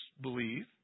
believe